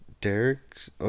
Derek's